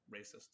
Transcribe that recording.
racist